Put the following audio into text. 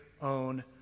own